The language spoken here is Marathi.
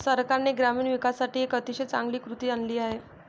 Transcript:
सरकारने ग्रामीण विकासासाठी एक अतिशय चांगली कृती आणली आहे